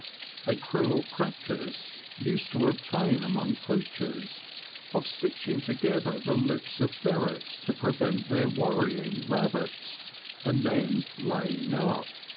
a cruel practise used to obtain among poachers of stitching together the lips of ferrets to pre vent their worrying rabbits and then laying up.